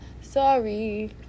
Sorry